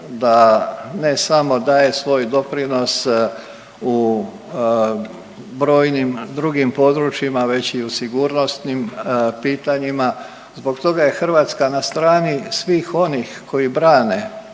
da ne samo daje svoj doprinos u brojnim drugim područjima već i u sigurnosnim pitanjima. Zbog toga je Hrvatska na strani svih onih koji brane